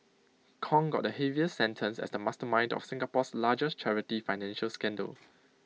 Kong got the heaviest sentence as the mastermind of Singapore's largest charity financial scandal